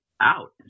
out